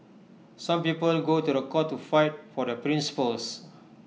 some people go to court to fight for the principles